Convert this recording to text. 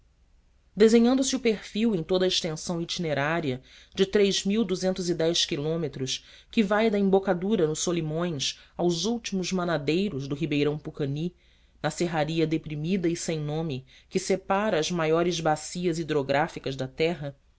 melhores exemplos desenhando se lhe o perfil em toda a extensão itinerária de quilômetros que vai da embocadura no solimões aos últimos manadeiros do ribeirão pucani na serrania deprimida e sem nome que separa as maiores bacias hidrográficas da terra